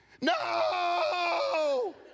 no